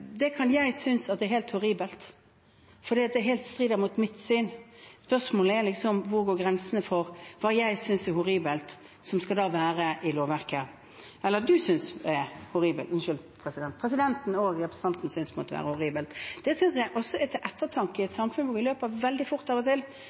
synd, kan jeg synes at er helt horribelt, fordi det strider helt mot mitt syn. Spørsmålet er hvor grensene går for hva jeg synes er horribelt, som skal være i lovverket, eller hva presidenten og representanten synes måtte være horribelt. Det synes jeg også er til ettertanke i